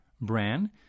bran